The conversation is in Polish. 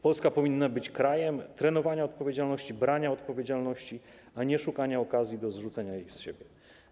Polska powinna być krajem trenowania odpowiedzialności, brania odpowiedzialności, a nie szukania okazji do zrzucenia jej z siebie.